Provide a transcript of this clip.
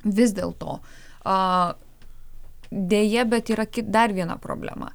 vis dėl to a deja bet yra dar viena problema